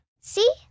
See